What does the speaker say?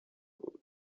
بود